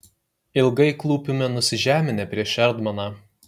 ilgai klūpime nusižeminę prieš erdmaną